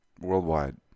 worldwide